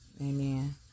Amen